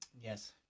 Yes